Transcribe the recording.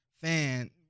fan